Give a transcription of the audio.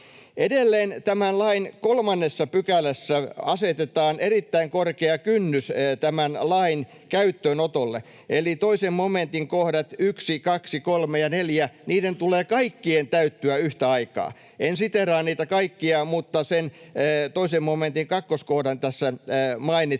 Edelleen tämän lain 3 §:ssä asetetaan erittäin korkea kynnys tämän lain käyttöönotolle, eli 2 momentin kohtien 1, 2, 3 ja 4 tulee kaikkien täyttyä yhtä aikaa. En siteeraa niitä kaikkia, mutta sen 2 momentin kakkoskohdan tässä mainitsen,